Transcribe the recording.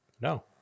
No